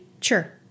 Sure